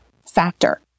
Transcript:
factor